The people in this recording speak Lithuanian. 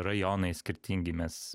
rajonai skirtingi mes